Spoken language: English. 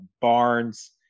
Barnes